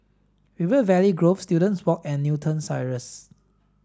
River Valley Grove Students Walk and Newton Cirus